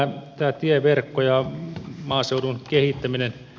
tämä tieverkko ja maaseudun kehittäminen